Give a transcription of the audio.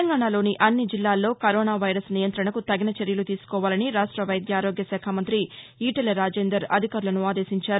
తెలంగాణలోని అన్ని జిల్లాల్లో కరోనా వైరస్ నియంత్రణకు తగిన చర్యలు తీసుకోవాలని రాష్ట వైద్యారోగ్యశాఖ మంత్రి ఈటేల రాజేందర్ అధికారులను ఆదేశించారు